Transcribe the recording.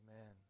amen